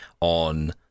on